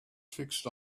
fixed